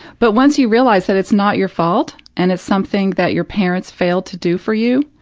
but once you realize that it's not your fault and it's something that your parents failed to do for you,